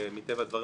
ומטבע הדברים,